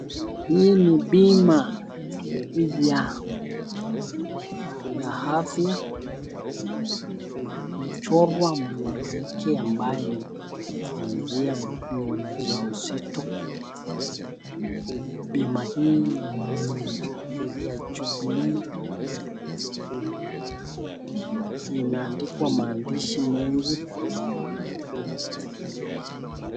Hii ni bima, ya afya imechorwa mwanamke ambaye ni mjamzito. Bima hii ni ya Jubilee, inaandikwa maandishi mengi.